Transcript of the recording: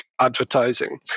advertising